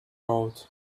road